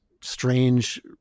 strange